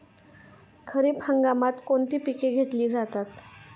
खरीप हंगामात कोणती पिके घेतली जातात?